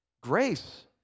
grace